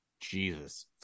Jesus